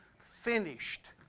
finished